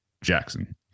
jackson